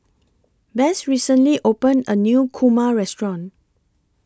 Bess recently opened A New Kurma Restaurant